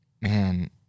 man